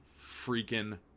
freaking